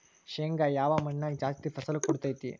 ಶೇಂಗಾ ಯಾವ ಮಣ್ಣಾಗ ಜಾಸ್ತಿ ಫಸಲು ಕೊಡುತೈತಿ?